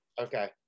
Okay